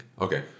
Okay